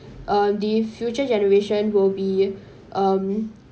uh the future generation will be um